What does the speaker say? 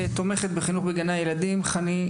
תומכת בחינוך בגני הילדים,